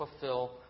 fulfill